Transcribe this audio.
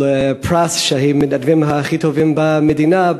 פרס על כך שהם המתנדבים הכי טובים במדינה.